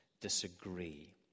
disagree